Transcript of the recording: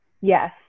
Yes